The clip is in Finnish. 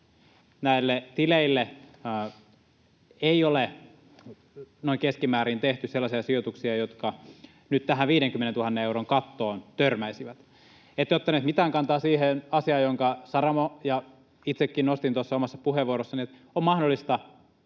Näille tileille ei ole noin keskimäärin tehty sellaisia sijoituksia, jotka nyt tähän 50 000 euron kattoon törmäisivät. Ette ottaneet mitään kantaa siihen asiaan, jonka Saramo ja itsekin nostin tuossa omassa puheenvuorossani, että on mahdollista